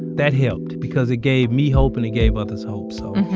that helped because it gave me hope and he gave up his hope. so.